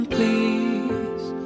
Please